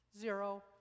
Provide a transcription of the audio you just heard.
Zero